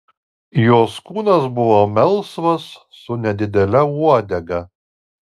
jos kūnas buvo melsvas su nedidele uodega